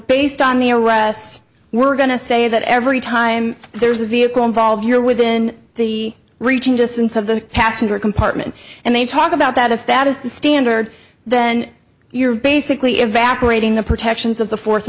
based on the arrests we're going to say that every time there's a vehicle involved here within the region distance of the passenger compartment and they talk about that if that is the standard then you're basically evaporating the protections of the fourth